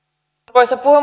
arvoisa